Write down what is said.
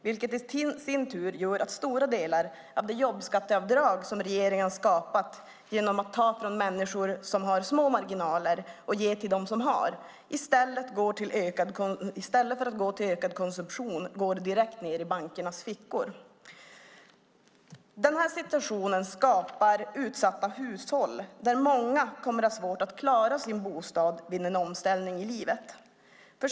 Det i sin tur gör att stora delar av det jobbskatteavdrag som regeringen skapat genom att ta från människor som har små marginaler och ge till dem som har i stället för att gå till ökad konsumtion går direkt ned i bankernas fickor. Denna situation skapar utsatta hushåll där många kommer att ha svårt att klara sin bostad vid en omställning i livet.